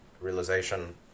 realization